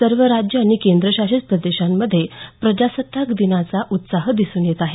सर्व राज्य आणि केंद्रशासित प्रदेशांमध्येही प्रजासत्ताक दिनाचा उत्साह दिसून येत आहे